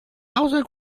außer